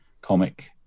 comic